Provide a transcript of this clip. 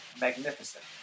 magnificent